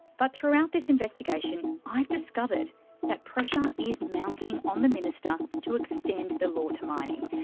but throughout this investigation i've discovered that pressure is mounting on the minister to extend the law to mining,